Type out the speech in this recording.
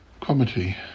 comedy